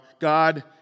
God